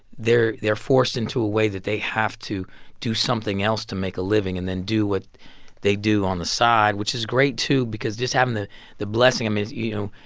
they're they're forced into a way that they have to do something else to make a living and then do what they do on the side which is great too because just having the the blessing, i mean, you